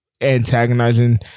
antagonizing